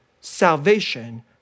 salvation